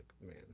man